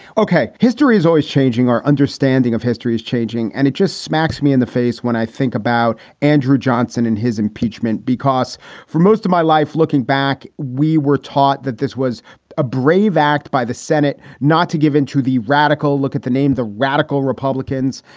ok. history is always changing. our understanding of history is changing. and it just smacks me in the face when i think about andrew johnson in his impeachment, because for most of my life, looking back, we were taught that this was a brave act by the senate not to give in to the radical look at the name the radical republicans.